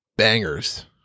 bangers